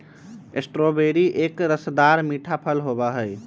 strawberry एक रसदार मीठा फल होबा हई